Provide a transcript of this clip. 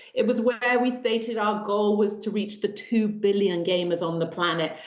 it was where we stated our goal was to reach the two billion gamers on the planet.